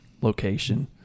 Location